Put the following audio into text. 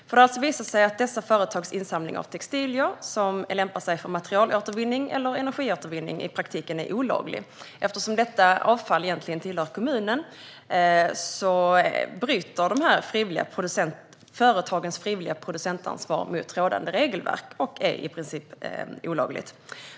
Det har alltså visat sig att dessa företags insamling av textilier som lämpar sig för materialåtervinning eller energiåtervinning i praktiken är olaglig. Eftersom detta avfall egentligen tillhör kommunen bryter företagens frivilliga producentansvar mot rådande regelverk. Det är i princip olagligt.